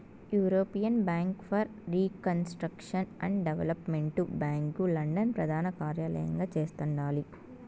European bank for reconstruction and development bank London ప్రదానకార్యలయంగా చేస్తండాలి